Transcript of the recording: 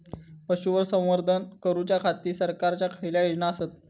पशुसंवर्धन करूच्या खाती सरकारच्या कसल्या योजना आसत?